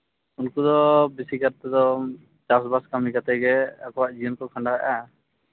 ᱩᱱᱠᱩ ᱫᱚ ᱵᱮᱥᱤ ᱠᱟᱨ ᱛᱮᱫᱚ ᱪᱟᱥᱵᱟᱥ ᱠᱟᱹᱢᱤ ᱠᱟᱛᱮᱫ ᱜᱮ ᱟᱠᱚᱣᱟᱜ ᱡᱤᱭᱚᱱ ᱠᱚ ᱠᱷᱟᱱᱰᱟᱣᱮᱫᱼᱟ